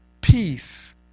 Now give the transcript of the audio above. peace